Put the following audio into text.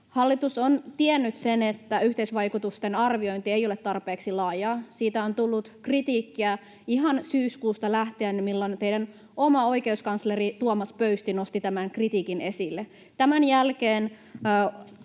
Hallitus on tiennyt sen, että yhteisvaikutusten arviointi ei ole tarpeeksi laajaa. Siitä on tullut kritiikkiä ihan syyskuusta lähtien, jolloin teidän oma oikeuskansleri Tuomas Pöysti nosti tämän kritiikin esille. Tämän jälkeen